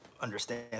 understand